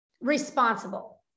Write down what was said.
responsible